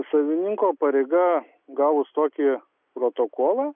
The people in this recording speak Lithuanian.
savininko pareiga gavus tokį protokolą